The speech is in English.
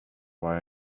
why